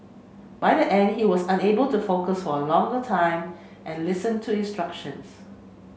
by the end he was unable to focus for a longer time and listen to instructions